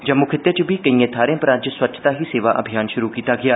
जम्मू खित्ते च बी कोइयें थाह्रें पर अज्ज स्वच्छता ही सेवा अभियान शुरू कीता गेआ